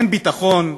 אין ביטחון,